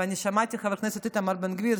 ואני שמעתי את חבר הכנסת איתמר בן גביר,